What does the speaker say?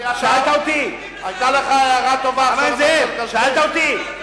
שאלת אותי, היתה לך הערה טובה, חבר הכנסת בר-און,